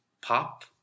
pop